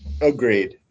agreed